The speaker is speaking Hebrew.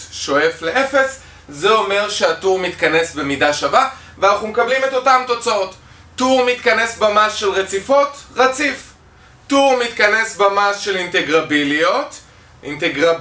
שואף לאפס, זה אומר שהטור מתכנס במידה שווה ואנחנו מקבלים את אותם תוצאות טור מתכנס במה של רציפות? רציף טור מתכנס במה של אינטגרביליות? אינטגרביליות